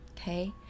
okay